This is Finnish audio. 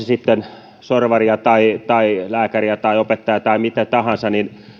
sitten sorvaria tai tai lääkäriä tai opettajaa tai mitä tahansa